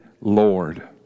Lord